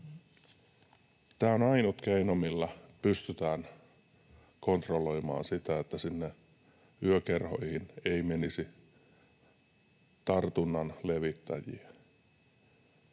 Tämä on ainut keino, millä pystytään kontrolloimaan sitä, että sinne yökerhoihin ei menisi tartunnan levittäjiä.